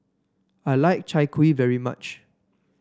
I like Chai Kuih very much